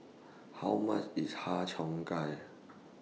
How much IS Har Cheong Gai